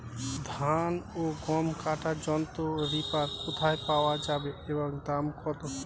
ধান ও গম কাটার যন্ত্র রিপার কোথায় পাওয়া যাবে এবং দাম কত?